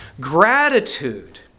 Gratitude